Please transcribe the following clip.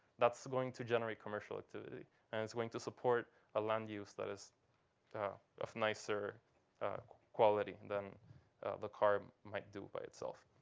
that's going to generate commercial activity. and it's going to support a land use that is of nicer quality than the car might do by itself.